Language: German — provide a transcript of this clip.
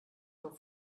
vom